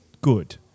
good